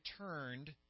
returned